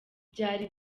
byari